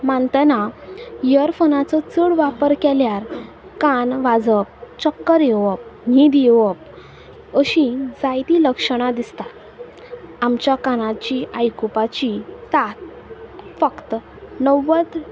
मानतना इयरफोनाचो चड वापर केल्यार कान वाजप चक्कर येवप न्हीद येवप अशीं जायतीं लक्षणां दिसता आमच्या कानाची आयकुपाची तांक फक्त णव्वद